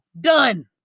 Done